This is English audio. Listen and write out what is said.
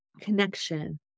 connection